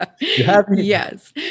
Yes